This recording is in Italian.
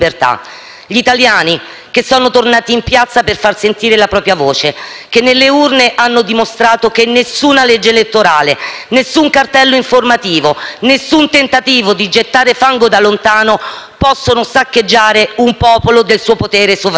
Gli italiani che sono tornati in piazza per far sentire la propria voce, che nelle urne hanno dimostrato che nessuna legge elettorale, nessun cartello informativo, nessun tentativo di gettare fango da lontano possono saccheggiare un popolo del suo potere sovrano.